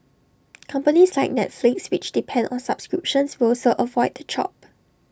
companies like Netflix which depend on subscriptions will also avoid the chop